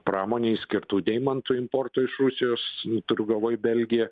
pramonei skirtų deimantų importo iš rusijos turiu galvoj belgiją